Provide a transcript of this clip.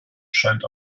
scheint